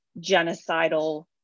genocidal